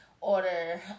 order